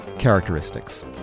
characteristics